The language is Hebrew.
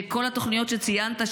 כל התוכניות שציינת,